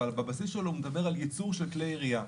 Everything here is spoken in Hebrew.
אבל בבסיס שלו הוא מדבר על ייצור של כלי ירייה,